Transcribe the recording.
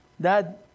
Dad